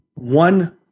One